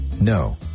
No